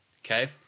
Okay